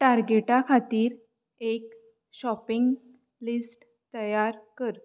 टार्गेटा खातीर एक shopping list तयार कर